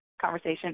conversation